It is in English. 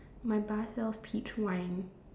my bar sells peach wine